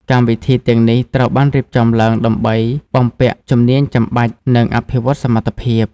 កម្មវិធីទាំងនេះត្រូវបានរៀបចំឡើងដើម្បី បំពាក់ជំនាញចាំបាច់ និងអភិវឌ្ឍសមត្ថភាព។